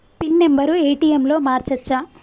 Pin number ATM లో మార్చచ్చా?